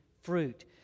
fruit